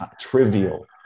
trivial